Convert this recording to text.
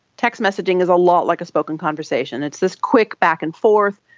text messaging is a lot like a spoken conversation, it's this quick back and forth.